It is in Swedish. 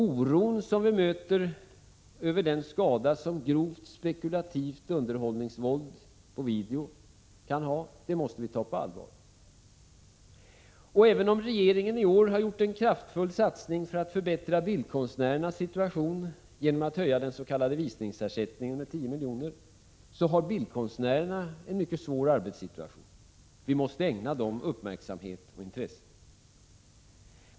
Oron som vi möter över den skada som grovt spekulativt underhållningsvåld på video kan ha måste vi ta på allvar. Även om regeringen i år har gjort en kraftfull satsning för att förbättra bildkonstnärernas situation genom att höja den s.k. visningsersättningen med 10 milj.kr., har bildkonstnärerna en mycket svår arbetssituation. Vi måste ägna dem uppmärksamhet och intresse.